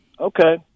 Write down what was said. Okay